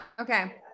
Okay